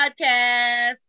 podcast